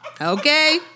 Okay